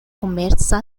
komerca